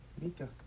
Mika